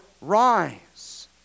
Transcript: rise